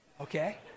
Okay